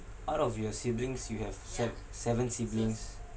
out of your siblings you have sev~ seven siblings